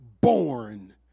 born